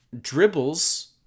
dribbles